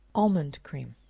almond cream.